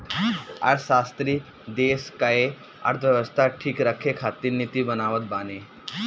अर्थशास्त्री देस कअ अर्थव्यवस्था ठीक रखे खातिर नीति बनावत बाने